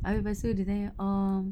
habis lepas tu dia tanya orh